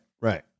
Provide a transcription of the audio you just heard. right